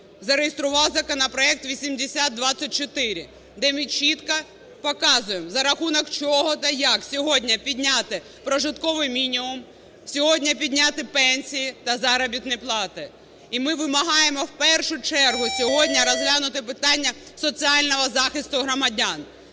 зареєстрував законопроект 8224, де ми чітко показуємо, за рахунок чого та як сьогодні підняти прожитковий мінімум, сьогодні підняти пенсії та заробітні плати. І ми вимагаємо в першу чергу сьогодні розглянути питання соціального захисту громадян,